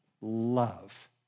love